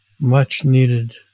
much-needed